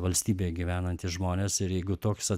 valstybėje gyvenantys žmonės ir jeigu toks vat